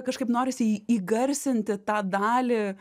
kažkaip norisi į įgarsinti tą dalį